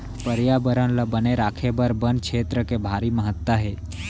परयाबरन ल बने राखे बर बन छेत्र के भारी महत्ता हे